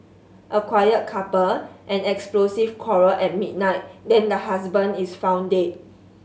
a quiet couple an explosive quarrel at midnight then the husband is found dead